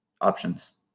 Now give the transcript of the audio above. options